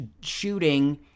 shooting